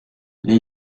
les